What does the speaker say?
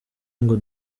ngo